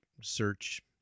search